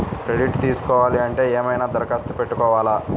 Credit తీసుకోవాలి అంటే ఏమైనా దరఖాస్తు పెట్టుకోవాలా?